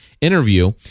interview